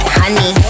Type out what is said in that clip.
honey